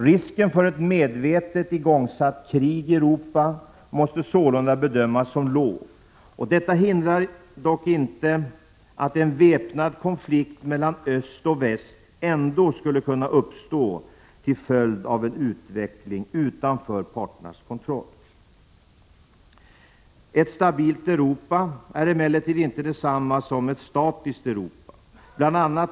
Risken för ett medvetet igångsatt krig i Europa måste sålunda bedömas som låg. Detta hindrar dock inte att en väpnad konflikt mellan öst och väst ändå skulle kunna uppstå till följd av en utveckling utanför parternas kontroll. Ett stabilt Europa är emellertid inte detsamma som ett statiskt Europa.